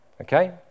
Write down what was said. Okay